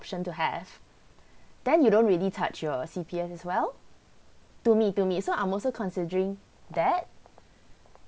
and to have then you don't really touch your C_P_F as well to me to me so I'm also considering that